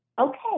Okay